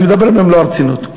ואני מדבר במלוא הרצינות.